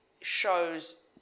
shows